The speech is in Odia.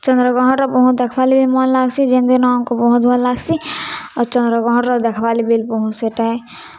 ଚନ୍ଦ୍ରଗ୍ରହଣ୍ର ବହୁତ୍ ଦେଖ୍ବାର୍ ଲାଗି ବି ମନ୍ ଲାଗ୍ସି ଯେନ୍ ଦିନ ଆମ୍କୁ ବହୁତ୍ ଭଲ୍ ଲାଗ୍ସି ଆଉ ଚନ୍ଦ୍ରଗ୍ରହଣ୍ର ଦେଖ୍ବାର୍ ଲାଗି ବି ବହୁତ୍ ସେଟା ଆଏ